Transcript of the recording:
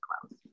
close